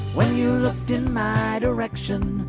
when you looked in my direction,